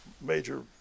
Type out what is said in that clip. major